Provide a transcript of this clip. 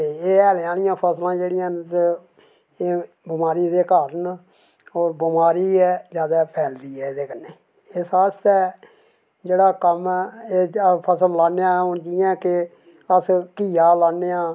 ते एह् जेह्ड़ियां हैलें आह्लियां फसलां न एह् बमारियें दे घर न होर बमारी ऐ जादै फैलदी एह्दे कन्नै इस आस्तै एह् जेह्ड़ा कम्म ऐ हून एह् फसल लाने आं जियां की अस घीआ लान्ने आं